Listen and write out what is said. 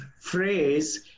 phrase